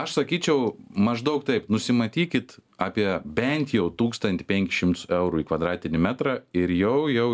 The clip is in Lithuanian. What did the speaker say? aš sakyčiau maždaug taip nusimatykit apie bent jau tūkstantį penkis šimtus eurų kvadratinį metrą ir jau jau